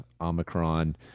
Omicron